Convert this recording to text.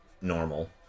normal